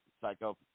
psycho